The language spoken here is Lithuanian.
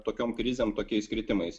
tokiom krizėm tokiais kritimais